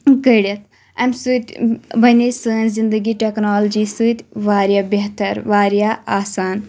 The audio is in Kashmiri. کٔڑِتھ امہِ سٟتۍ بَنے سٲنۍ زنٛدگی ٹؠکنِالجی سٟتۍ واریاہ بہتَر واریاہ آسان